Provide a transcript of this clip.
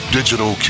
Digital